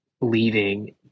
leaving